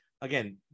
Again